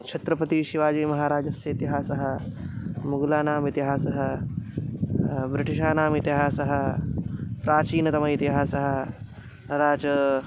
छत्रपतिशिवाजीमहाराजस्य इतिहासः मुगुलानाम् इतिहासः ब्रिटिशानाम् इतिहासः प्राचीनतमः इतिहासः तथा च